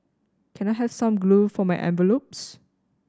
can I have some glue for my envelopes